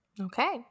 Okay